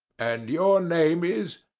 and your name is?